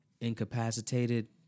incapacitated